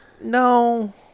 No